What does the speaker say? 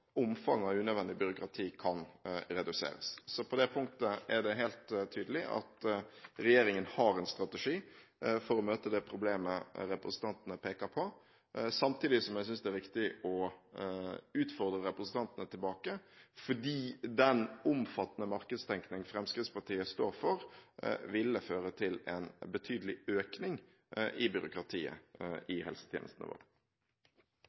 omfanget av unødvendig byråkrati kan reduseres. På det punktet er det helt tydelig at regjeringen har en strategi for å løse det problemet representantene peker på. Samtidig synes jeg det er viktig å utfordre representantene tilbake, fordi den omfattende markedstenkningen som Fremskrittspartiet står for, ville føre til en betydelig økning av byråkratiet i helsetjenestene våre.